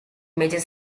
major